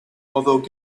although